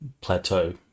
plateau